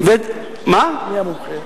מי המומחה?